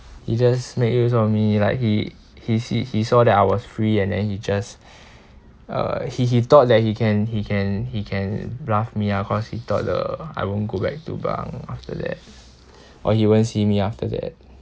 he just make use of me like he he see he saw that I was free and then he just uh he he thought that he can he can he can bluff me ah cause he thought the I won't go back to bunk after that or you won't see me after that